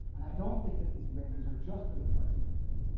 and i don't think that these engravings are just because of artistic things.